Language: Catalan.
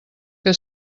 que